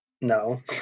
no